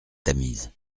tamise